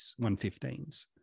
115s